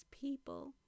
people